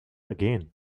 again